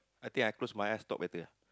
I think I close my eyes talk better